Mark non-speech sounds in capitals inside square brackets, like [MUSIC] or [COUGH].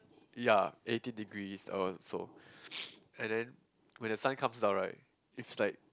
ya eighty degrees oh so [NOISE] and then when the sun comes down right is like